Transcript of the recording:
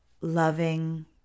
loving